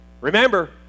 Remember